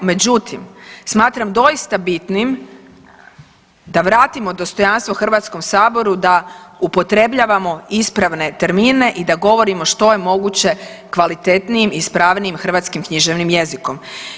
Međutim, smatram doista bitnim da vratimo dostojanstvo Hrvatskom saboru da upotrebljavamo ispravne termine i da govorimo što je moguće kvalitetnijim i ispravnijih hrvatskim književnim jezikom.